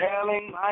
telling